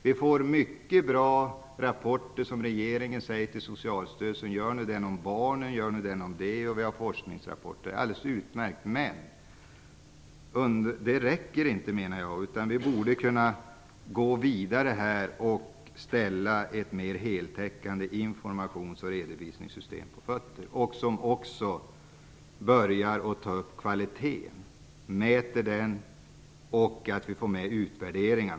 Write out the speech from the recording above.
Vi får mycket bra rapporter från Socialstyrelsen, som regeringen begär att man skall göra, och vi har forskningsrapporter. Det är alldeles utmärkt, men det räcker inte. Vi borde kunna gå vidare och ställa ett mer heltäckande informations och redovisningssystem på fötter som också tar upp kvaliteten - mäter den - och utvärderingar.